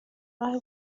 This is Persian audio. راه